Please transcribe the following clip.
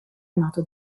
amato